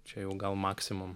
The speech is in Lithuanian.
čia jau gal maksimum